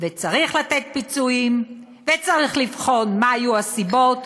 וצריך לתת פיצויים, וצריך לבחון מה היו הסיבות.